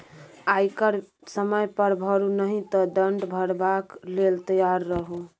आयकर समय पर भरू नहि तँ दण्ड भरबाक लेल तैयार रहु